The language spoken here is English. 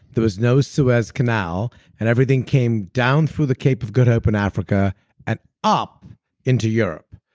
there was no suez canal and everything came down through the cape of good hope in africa and up into europe.